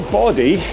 body